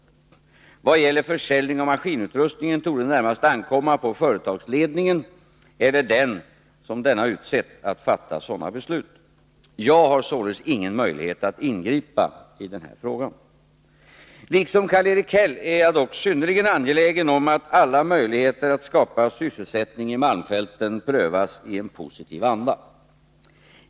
I vad gäller försäljning av maskinutrustningen torde det närmast ankomma på företagsledningen eller den som denna utsett att fatta sådana beslut. Jag har således ingen möjlighet att ingripa i denna fråga. Liksom Karl-Erik Häll är jag dock synnerligen angelägen om att alla möjligheter att skapa sysselsättning i malmfälten prövas i en positiv anda.